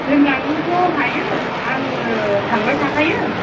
दोनलांनोथ' हायो आंनो थांबाय थाखायो